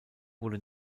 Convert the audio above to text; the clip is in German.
wurde